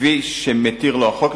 כפי שמתיר לו החוק,